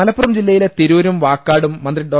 മലപ്പുറം ജില്ലയിലെ തിരൂരും വാക്കാടും മന്ത്രി ഡോ